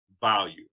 value